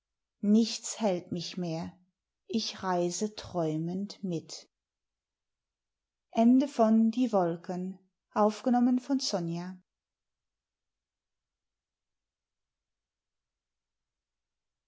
nichts hält mich mehr ich reise träumend mit